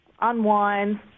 unwind